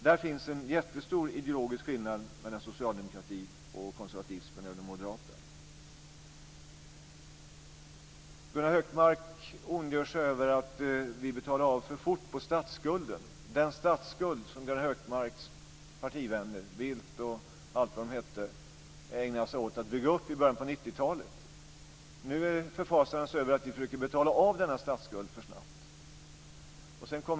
Där finns en jättestor ideologisk skillnad mellan socialdemokratin och moderaterna. Gunnar Hökmark ondgör sig över att vi betalar av för fort på den statsskuld som Gunnar Hökmarks partivänner, Bildt och vad de hette, byggde upp i början på 90-talet. Nu förfasar han sig över att vi försöker betala av denna statsskuld för snabbt.